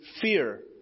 fear